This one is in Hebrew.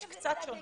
יש קצת שונות.